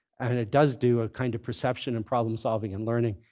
and it does do a kind of perception and problem solving and learning,